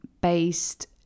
based